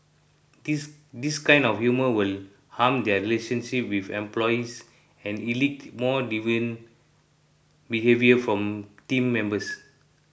this this kind of humour will harm their relationship with employees and elicit more deviant behaviour from team members